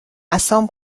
عصام